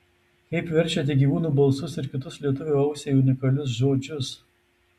kaip verčiate gyvūnų balsus ir kitus lietuvio ausiai unikalius žodžius